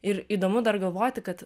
ir įdomu dar galvoti kad